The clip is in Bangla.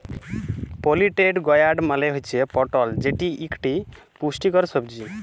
পলিটেড গয়ার্ড মালে হুচ্যে পটল যেটি ইকটি পুষ্টিকর সবজি